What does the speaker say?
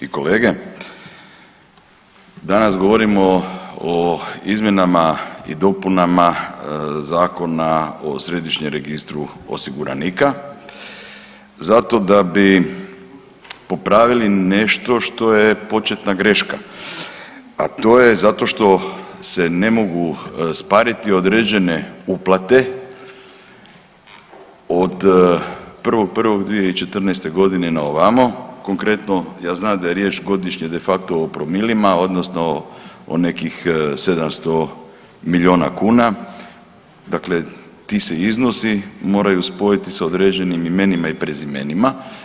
i kolege, danas govorimo o izmjenama i dopunama Zakona o Središnjem registru osiguranika zato da bi popravili nešto što je početna greška, a to je zato što se ne mogu spariti određene uplate od 1.1.2014. g. naovamo, konkretno, ja znam da je riječ godišnje de facto o promilima, odnosno o nekih 700 milijuna kuna, dakle ti se iznosi moraju spojiti s određenim imenima i prezimenima.